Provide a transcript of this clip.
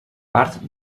part